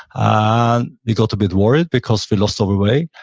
and we got a bit worried because we lost our way,